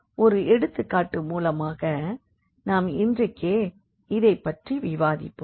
ஒரு எடுத்துக்காட்டு மூலமாக நாம் இன்றைக்கே இதை பற்றி விவாதிப்போம்